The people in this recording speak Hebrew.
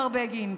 מר בגין,